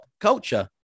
culture